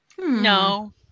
No